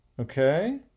Okay